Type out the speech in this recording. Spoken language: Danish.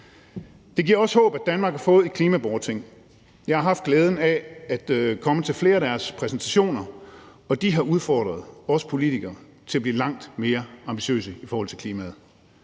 Det giver også håb, at Danmark har fået et klimaborgerting. Jeg har haft glæde af at komme til flere af deres præsentationer, og de har udfordret os politikere til at blive langt mere ambitiøse i forhold til klimaet.